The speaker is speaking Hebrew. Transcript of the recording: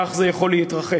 כך זה יכול להתרחש,